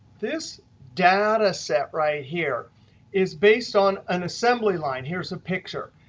this data set right here is based on an assembly line. here's a picture.